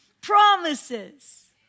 Promises